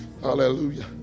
hallelujah